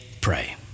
pray